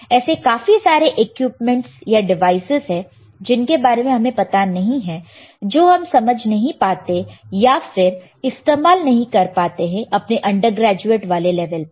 ऐसे काफी सारे इक्विपमेंट है या डिवाइसस है जिनके बारे में हमें पता नहीं है जो हम समझ नहीं पाते या फिर इस्तेमाल नहीं कर पाते हैं अपने अंडर ग्रेजुएट वाले लेवल पर